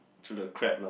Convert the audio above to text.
through the crap lah